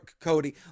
Cody